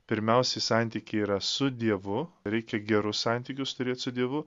pirmiausiai santykiai yra su dievu reikia gerus santykius turėt su dievu